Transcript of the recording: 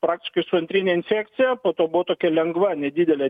praktiškai su antrine infekcija po to buvo tokia lengva nedidelė